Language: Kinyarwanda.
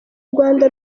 rwanda